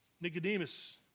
Nicodemus